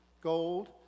gold